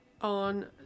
on